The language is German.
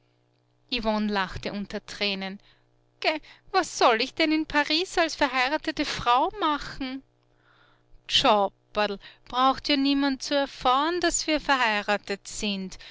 yvonne lachte unter tränen geh was soll ich denn in paris als verheiratete frau machen tschapperl braucht ja niemand zu erfahren daß wir verheiratet sind